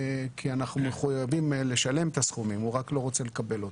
כי אנחנו מחויבים לשלם את הסכמים הוא רק לא רוצה לקבל אותם.